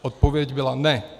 Odpověď byla ne.